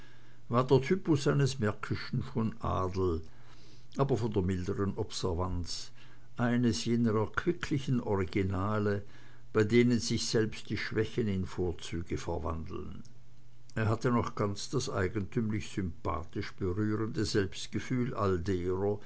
der typus eines märkischen von adel aber von der milderen observanz eines jener erquicklichen originale bei denen sich selbst die schwächen in vorzüge verwandeln er hatte noch ganz das eigentümlich sympathisch berührende selbstgefühl all